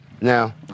Now